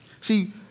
See